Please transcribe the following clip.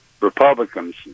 Republicans